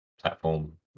platform